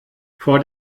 vor